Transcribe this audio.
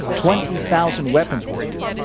twenty thousand weapons' worth.